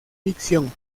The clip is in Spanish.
ficción